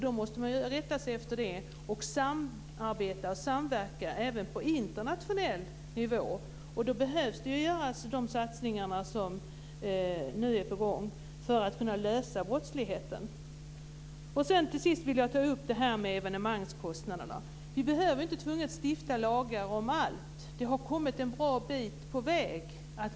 Då måste man rätta sig efter det och samverka även på internationell nivå. De satsningar som nu är på gång behövs för att man ska kunna lösa brottsligheten. Till sist vill jag ta upp frågan om evenemangskostnaderna. Vi behöver inte nödvändigtvis stifta lagar om allt. Det har kommit en bra bit på väg.